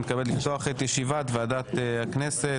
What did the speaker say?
אני מתכבד לפתוח את ישיבת ועדת הכנסת,